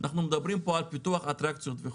אנחנו מדברים פה על פיתוח אטרקציות.